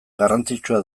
garrantzitsua